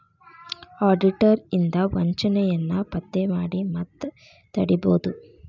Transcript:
auditor ಇಂದಾ ವಂಚನೆಯನ್ನ ಪತ್ತೆ ಮಾಡಿ ಮತ್ತ ತಡಿಬೊದು